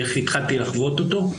איך התחלתי לחוות אותו.